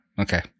okay